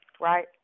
right